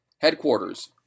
Headquarters